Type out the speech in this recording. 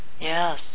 Yes